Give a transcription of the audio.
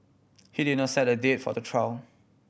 he did not set a date for the trial